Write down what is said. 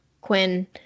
Quinn